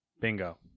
Bingo